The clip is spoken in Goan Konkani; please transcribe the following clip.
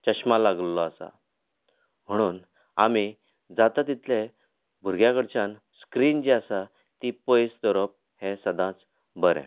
चश्मा लागिल्लो आसा म्हणून आमी जाता तितलें भुरग्यां कडच्यान स्क्रीन जी आसा ती पयस दवरप हें सदांच बरें